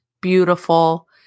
beautiful